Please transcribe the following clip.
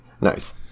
Nice